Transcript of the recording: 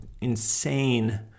insane